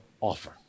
offer